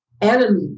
enemy